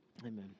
Amen